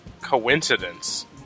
coincidence